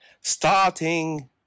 Starting